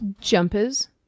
Jumpers